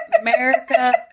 America